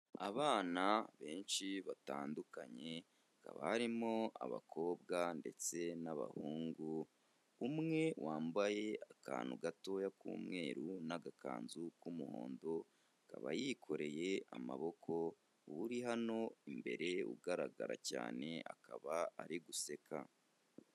Abana benshi batandukanye, hakaba harimo abakobwa ndetse n'abahungu, umwe wambaye akantu gatoya k'umweru n'agakanzu k'umuhondo, akaba yikoreye amaboko, uri hano imbere ugaragara cyane akaba ari guseka.